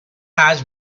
hatch